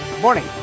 Morning